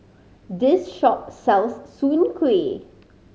this shop sells Soon Kuih